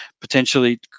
potentially